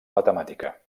matemàtica